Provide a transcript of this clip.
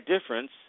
difference